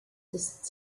ist